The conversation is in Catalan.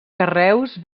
carreus